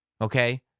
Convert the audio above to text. Okay